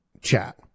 chat